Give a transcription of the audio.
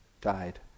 died